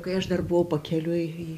kai aš dar buvau pakeliui į